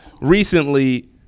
recently